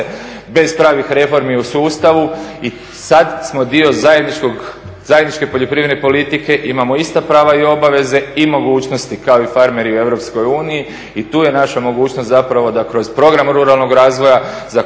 bez pravih reformi u sustavu i sad smo dio zajedničke poljoprivredne politike i imamo ista prava i obaveze i mogućnosti kao farmeri u EU. I tu je naša mogućnost zapravo da kroz program ruralnog razvoja za